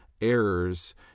errors